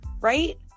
right